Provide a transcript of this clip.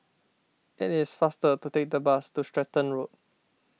it is faster to take the bus to Stratton Road